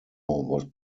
was